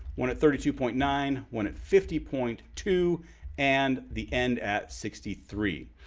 one at thirty two point nine, one at fifty point two and the end at sixty three.